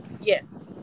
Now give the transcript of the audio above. Yes